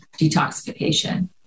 detoxification